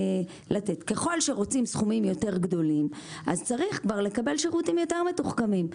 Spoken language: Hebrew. ככול שרוצים סכומים יותר גדולים אז צריך לקבל שירותים יותר מתוחכמים.